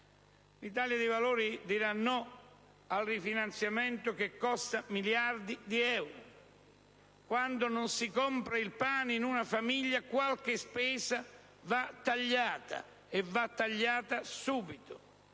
L'Italia dei Valori dirà no al suo rifinanziamento, che costa miliardi di euro. Quando non si compra il pane in una famiglia qualche spesa va tagliata, e va tagliata subito,